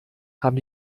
haben